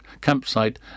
campsite